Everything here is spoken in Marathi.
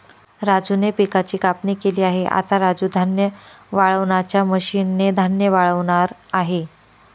राजूने पिकाची कापणी केली आहे, आता राजू धान्य वाळवणाच्या मशीन ने धान्य वाळवणार आहे